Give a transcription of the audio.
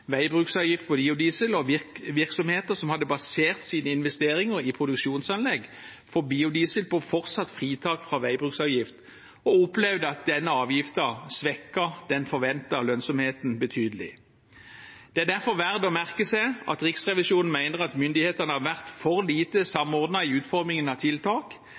veibruksavgift på biodiesel, og virksomheter som hadde basert sine investeringer i produksjonsanlegg for biodiesel på fortsatt fritak for veibruksavgift, opplevde at denne avgiften svekket den forventede lønnsomheten betydelig. Det er derfor verdt å merke seg at Riksrevisjonen mener at myndighetene har vært for lite samordnet i utformingen av tiltak